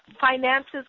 finances